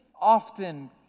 often